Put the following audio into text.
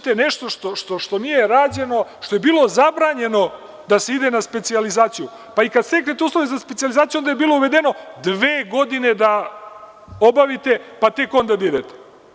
Sada hoćete nešto što nije rađeno, što je bilo zabranjeno da se ide na specijalizaciju, pa i kada steknete uslove za specijalizaciju, onda je bilo uvedeno da dve godine obavite, pa tek onda da idete.